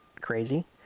crazy